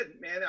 man